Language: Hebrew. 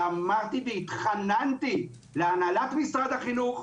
ואמרתי והתחננתי להנהלת משרד החינוך,